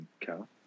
cow